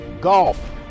golf